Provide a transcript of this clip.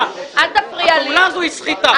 הפעולה הזו היא סחיטה.